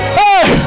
hey